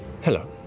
Hello